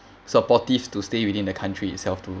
supportive to stay within the country itself to